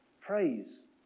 praise